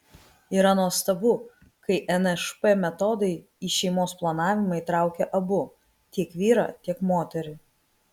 yra nuostabu kai nšp metodai į šeimos planavimą įtraukia abu tiek vyrą tiek moterį